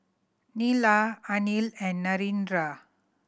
Neila Anil and Narendra